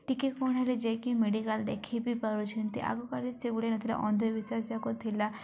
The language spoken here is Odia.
ଟିକେ କ'ଣ ହେଲେ ଯାଇକି ମେଡ଼ିକାଲ୍ ଦେଖେଇ ବି ପାରୁଛନ୍ତି ଆଗକାଳେ ସେଗୁଡ଼ା ନଥିଲା ଅନ୍ଧବିଶ୍ୱାସଯାକ ଥିଲା